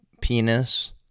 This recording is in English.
penis